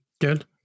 Good